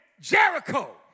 Jericho